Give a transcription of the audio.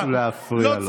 לא להפריע לו.